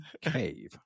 Cave